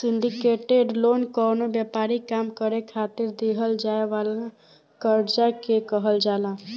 syndicated loan कवनो व्यापारिक काम करे खातिर दीहल जाए वाला कर्जा के कहल जाला